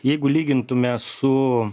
jeigu lygintume su